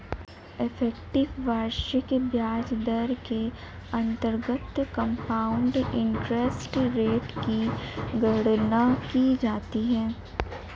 effective वार्षिक ब्याज दर के अंतर्गत कंपाउंड इंटरेस्ट रेट की गणना की जाती है